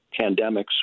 pandemics